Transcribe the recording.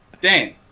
Dan